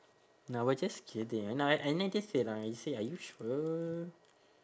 I was just kidding no I say are you sure